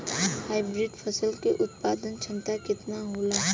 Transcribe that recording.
Hybrid फसल क उत्पादन क्षमता केतना होला?